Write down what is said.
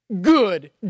Good